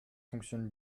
fonctionne